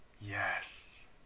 yes